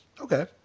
Okay